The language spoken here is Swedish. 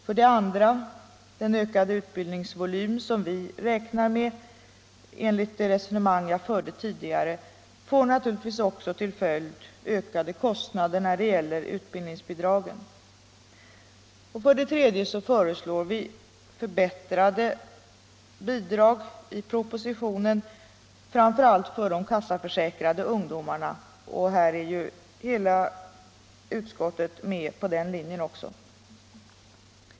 För det andra får den ökade utbildningsvolym som vi räknar med enligt det resonemang jag förde tidigare naturligtvis också till följd ökade kostnader när det gäller utbildningsbidragen, och för det tredje föreslår vi i propositionen förbättrade bidrag, framför allt för de kassaförsäkrade ungdomarna. Hela utskottet är ju med på den linjen också.